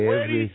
ready